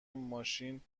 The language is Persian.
ماشین